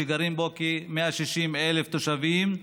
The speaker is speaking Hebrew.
שגרים בו כ-160,000 תושבים,